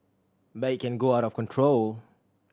but it can go out of control